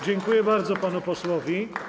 Dziękuję bardzo panu posłowi.